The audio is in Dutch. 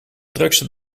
drukste